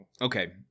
Okay